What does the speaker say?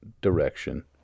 direction